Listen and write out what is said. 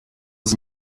sie